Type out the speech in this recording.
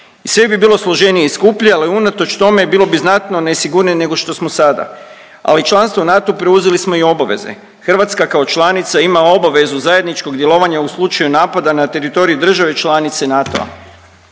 I sve bi bilo složenije i skuplje, ali unatoč tome bilo bi znatno nesigurnije nego što smo sada. Ali članstvom u NATO-u preuzeli smo i obaveze. Hrvatska kao članica ima obavezu zajedničkog djelovanja u slučaju napada na teritorij države članice NATO-a.